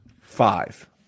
Five